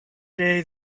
day